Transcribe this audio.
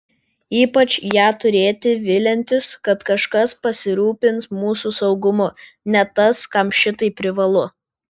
ypač ją turėti viliantis kad kažkas pasirūpins mūsų saugumu net tas kam šitai privalu